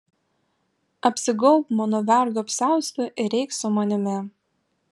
apsigaubk mano vergo apsiaustu ir eik su manimi